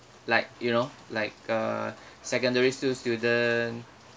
like you know like a secondary school student